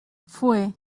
fue